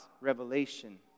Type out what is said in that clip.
revelation